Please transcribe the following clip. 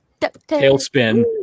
Tailspin